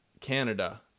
Canada